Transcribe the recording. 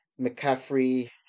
McCaffrey